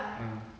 uh